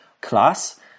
class